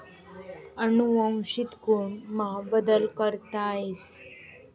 अनुवंशिक गुण मा बदल करता येस